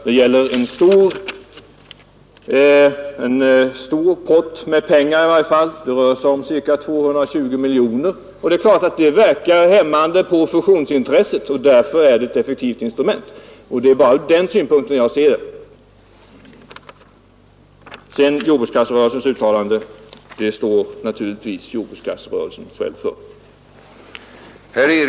Det gäller i varje fall en stor summa pengar, ca 220 miljoner kronor. Det är klart att en beskattning verkar hämmande på fusionsintresset. Därför är skatteinstrumentet ett effektivt instrument. Det är bara från den synpunkten jag ser det.